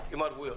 עם ערבויות.